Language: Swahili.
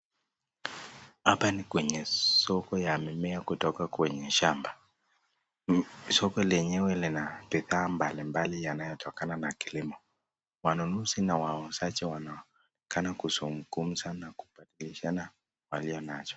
Hapa ni kwenye soko ya mimea kutoka kwenye sahmba, soko lenyewe lina bidhaa mbali mbali yanayo tokana na kilimo. Wanunuzi na wauzaji wanaonekana kuzungumza na kubadilishana walio nacho.